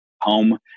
home